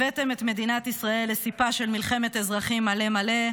הבאתם את מדינת ישראל לסיפה של מלחמת אזרחים מלא מלא.